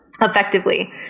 effectively